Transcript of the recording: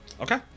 Okay